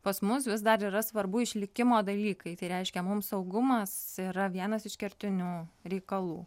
pas mus vis dar yra svarbu išlikimo dalykai tai reiškia mum saugumas yra vienas iš kertinių reikalų